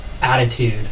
attitude